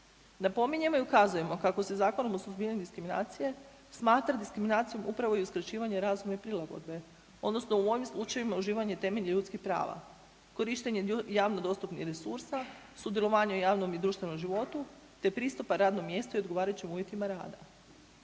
Napominjemo i ukazujemo kako se Zakonom o suzbijanju diskriminacije smatra diskriminacijom upravo i uskraćivanje razumne prilagodbe odnosno u ovim slučajevima uživanje temeljnih ljudskih prava, korištenje javno dostupnih resursa, sudjelovanje u javnom i društvenom životu, te pristupa radnom mjestu i odgovarajućim uvjetima rada.